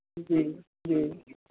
जी जी